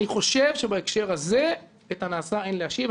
אני חושב שבהקשר הזה את הנעשה אין להשיב.